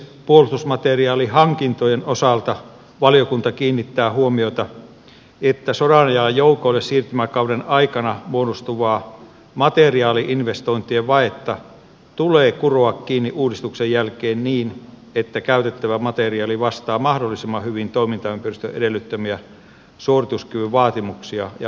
puolustusmateriaalihankintojen osalta valiokunta kiinnittää huomiota siihen että sodanajan joukoille siirtymäkauden aikana muodostuvaa materiaali investointien vajetta tulee kuroa kiinni uudistuksen jälkeen niin että käytettävä materiaali vastaa mahdollisimman hyvin toimintaympäristön edellyttämiä suorituskyvyn vaatimuksia ja uudistettuja toimintatapoja